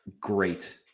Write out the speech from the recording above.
great